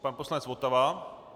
Pan poslanec Votava.